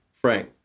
frank